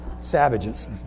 Savages